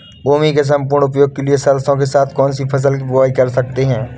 भूमि के सम्पूर्ण उपयोग के लिए सरसो के साथ कौन सी फसल की बुआई कर सकते हैं?